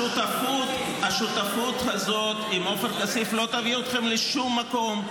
השותפות הזאת עם עופר כסיף לא תביא אתכם לשום מקום.